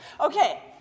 Okay